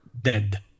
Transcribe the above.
dead